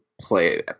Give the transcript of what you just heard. play